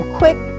quick